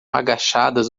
agachadas